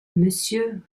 monsieur